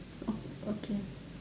oh okay